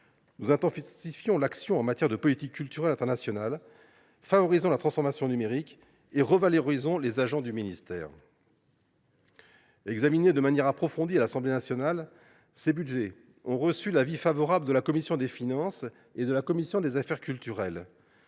nous intensifions l’action en matière de politique culturelle internationale, favorisons la transformation numérique et revalorisons les agents du ministère. Examinés de manière approfondie par l’Assemblée nationale, ces budgets ont reçu l’avis favorable de la commission des finances, de l’économie générale et du contrôle